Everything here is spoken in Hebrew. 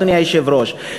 אדוני היושב-ראש.